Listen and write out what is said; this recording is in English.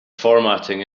formatting